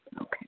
Okay